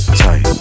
tight